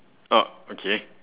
oh okay